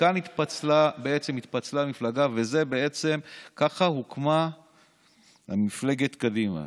וכאן התפצלה בעצם המפלגה וככה הוקמה מפלגת קדימה.